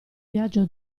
viaggio